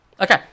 Okay